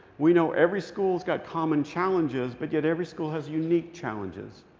we know every school has got common challenges, but yet, every school has unique challenges.